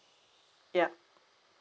ya